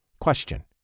Question